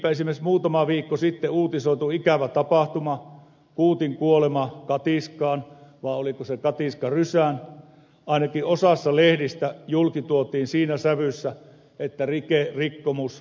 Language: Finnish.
niinpä esimerkiksi muutama viikko sitten uutisoitu ikävä tapahtuma kuutin kuolema katiskaan vai oliko se katiskarysään ainakin osassa lehdistä julkituotiin siinä sävyssä että rike rikkomus olisi ollut tahallinen